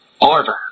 order